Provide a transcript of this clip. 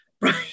Right